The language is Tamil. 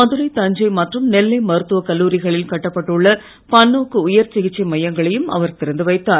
மதுரை தஞ்சை மற்றும் நெல்லை மருத்துவக் கல்லூரிகளில் கட்டப்பட்டுள்ள பன்னோக்கு உயர்சிகிச்சை மையங்களையும் அவர் திறந்துவைத்தார்